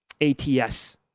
ATS